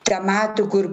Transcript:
tematikų ir